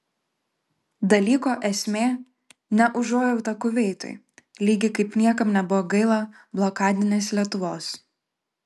dalyko esmė ne užuojauta kuveitui lygiai kaip niekam nebuvo gaila blokadinės lietuvos